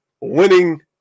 winning